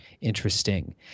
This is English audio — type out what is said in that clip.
interesting